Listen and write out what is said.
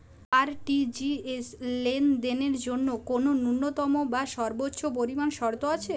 RTGS লেনদেনের জন্য কোন ন্যূনতম বা সর্বোচ্চ পরিমাণ শর্ত আছে?